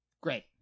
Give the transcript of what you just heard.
Great